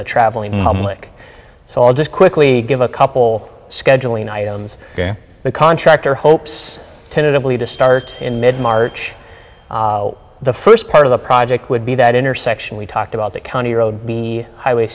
the traveling public so i'll just quickly give a couple scheduling items the contractor hopes tentatively to start in mid march the first part of the project would be that intersection we talked about the county road the highway